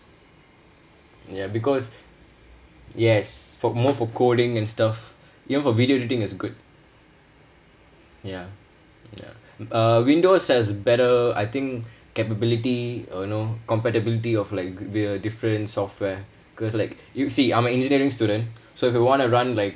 ya because yes for more for coding and stuff you know for video editing is good ya ya uh windows has better I think capability uh no compatibility of like uh different software because like you see I'm a engineering student so if you want to run like